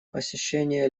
посещения